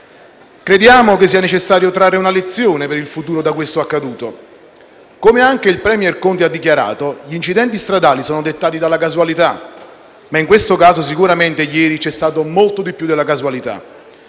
Crediamo che sia necessario trarre una lezione per il futuro da quanto accaduto. Come anche il *premier* Conte ha dichiarato, gli incidenti stradali sono dettati dalla casualità ma, in questo caso, sicuramente ieri c'è stato molto più della casualità.